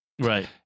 Right